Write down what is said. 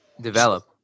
develop